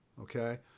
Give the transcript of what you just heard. okay